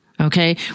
Okay